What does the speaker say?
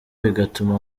bigatuma